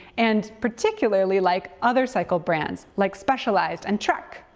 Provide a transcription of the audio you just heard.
and particularly like other cycle brands like specialized and trek.